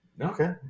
okay